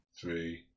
three